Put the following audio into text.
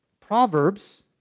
Proverbs